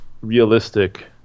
realistic